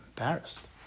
embarrassed